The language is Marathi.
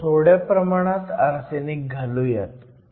आपण थोड्या प्रमाणात आर्सेनिक घालूयात